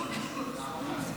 מהמקום.